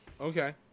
okay